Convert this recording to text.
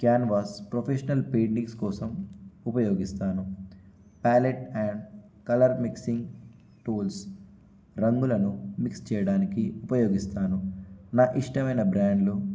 canvas professional paintings కోసం ఉపయోగిస్తాను palette and colour mixing tools రంగులను మిక్స్ చేయడానికి ఉపయోగిస్తాను నా ఇష్టమైన బ్రాండ్లు